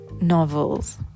novels